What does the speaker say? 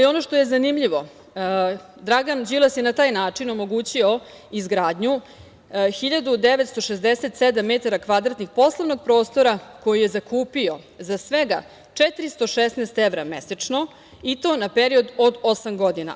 Ono što je zanimljivo, Dragan Đilas je na taj način omogućio izgradnju 1.967 m2 poslovnog prostora koji je zakupio za svega 416 evra mesečno i to na period od osam godina.